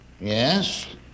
Yes